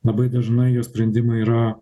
labai dažnai jo sprendimai yra